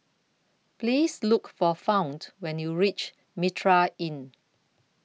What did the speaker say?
Please Look For Fount when YOU REACH Mitraa Inn